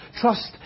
trust